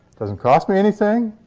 doesn't cost me anything.